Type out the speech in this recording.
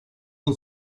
you